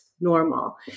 normal